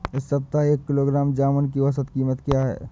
इस सप्ताह एक किलोग्राम जामुन की औसत कीमत क्या है?